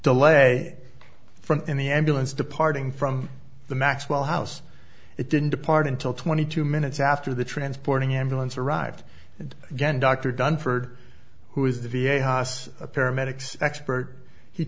delay from in the ambulance departing from the maxwell house it didn't depart until twenty two minutes after the transporting ambulance arrived and again dr dunford who is the v a haas paramedics expert he